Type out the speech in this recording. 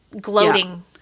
gloating